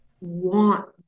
want